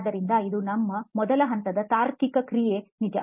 ಆದ್ದರಿಂದ ಇದು ನಮ್ಮ ಮೊದಲ ಹಂತದ ತಾರ್ಕಿಕ ಕ್ರಿಯೆ ನಿಜ